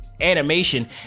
animation